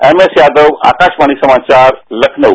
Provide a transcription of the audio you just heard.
MS Yadav Akashvani समाचार लखनऊ